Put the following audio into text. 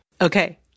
Okay